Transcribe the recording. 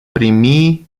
primi